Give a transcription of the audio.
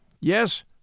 yes